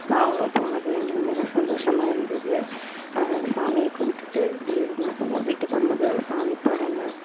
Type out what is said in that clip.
நாங்களும் போனது எங்களுக்கு மிக சந்தோஷமா இருந்தது சாமி கும்பிட்டுட்டு வீ வீட்டுக்கு வரும்போது சாமிப்படங்கள்